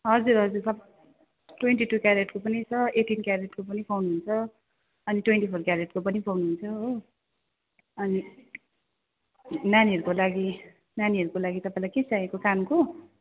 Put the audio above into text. हजुर हजुर छ ट्वेन्टी टु क्यारेटको पनि छ एटिन क्यारेटको पनि पाउनुहुन्छ अनि ट्वेन्टी फोर क्यारेटको पनि पाउनु हुन्छ हो अनि नानीहरूको लागि नानीहरूको लागि तपाईँलाई के चाहिएको कानको